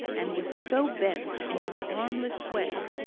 and was so bent, in her harmless way,